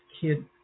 kid